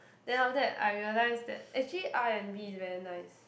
then after that I realised that actually R and B is very nice